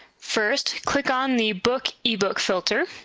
first, click on the book ebook filter.